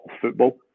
football